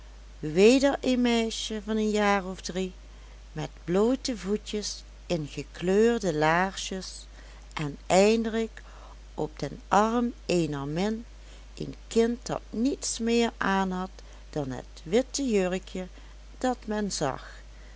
weder een meisje van een jaar of drie met bloote voetjes in gekleurde laarsjes en eindelijk op den arm eener min een kind dat niets meer aanhad dan het witte jurkje dat men zag